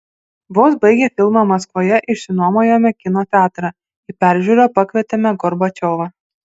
vos baigę filmą maskvoje išsinuomojome kino teatrą į peržiūrą pakvietėme gorbačiovą